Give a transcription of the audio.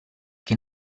che